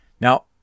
Now